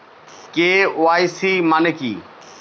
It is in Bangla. কে.ওয়াই.সি মানে কি?